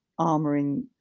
armoring